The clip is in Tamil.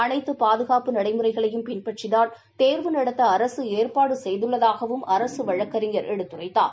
அனைத்து பாதுகாப்பு நடைமுறைகளையும் பின்பற்றிதான் தேர்வு நடத்த அரசு ஏற்பாடு செய்துள்ளதாகவும் அரசு வழக்கறிஞர் எடுத்துரைத்தார்